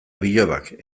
bilobak